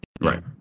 Right